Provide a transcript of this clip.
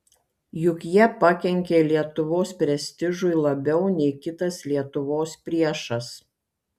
juk jie pakenkė lietuvos prestižui labiau nei kitas lietuvos priešas